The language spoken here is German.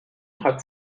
hat